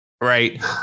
right